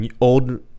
old